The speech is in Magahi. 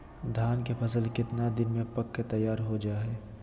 धान के फसल कितना दिन में पक के तैयार हो जा हाय?